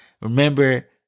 Remember